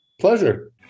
pleasure